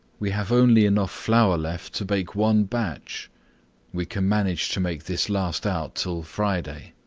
we have only enough flour left to bake one batch we can manage to make this last out till friday.